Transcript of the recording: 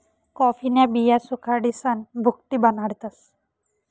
कॉफीन्या बिया सुखाडीसन भुकटी बनाडतस